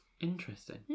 Interesting